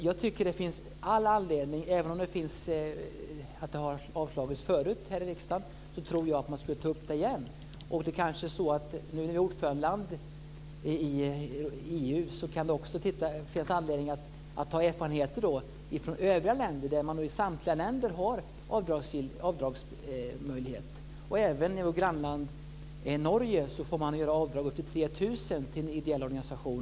Jag tycker att det finns all anledning, även om förslaget har avslagits förut här i riksdagen, att ta upp frågan igen. Som ordförandeland i EU kan det finnas anledning för Sverige att ta till sig erfarenheter från övriga länder i EU, som samtliga har avdragsmöjlighet. Även i vårt grannland Norge får man göra skatteavdrag på upp till 3 000 kr till en ideell organisation.